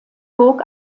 burg